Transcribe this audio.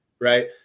right